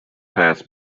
pass